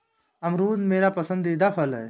अमरूद मेरा पसंदीदा फल है